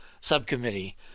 subcommittee